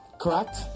Correct